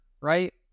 right